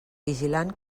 vigilant